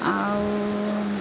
ଆଉ